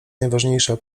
najważniejsza